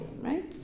right